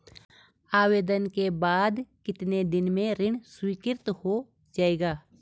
आवेदन के बाद कितने दिन में ऋण स्वीकृत हो जाएगा?